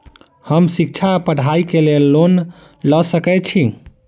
हम शिक्षा वा पढ़ाई केँ लेल लोन लऽ सकै छी?